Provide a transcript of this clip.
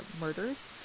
murders